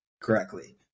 correctly